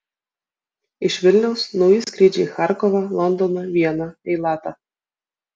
iš vilniaus nauji skrydžiai į charkovą londoną vieną eilatą